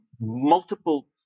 multiple